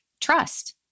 trust